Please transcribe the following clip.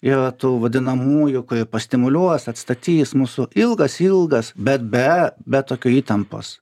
yra tų vadinamųjų kurie pastimuliuos atstatys mūsų ilgas ilgas bet be be tokio įtampos